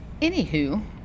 anywho